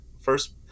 first